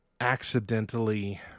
accidentally